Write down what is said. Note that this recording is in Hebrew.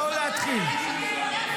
מה את, מזכירת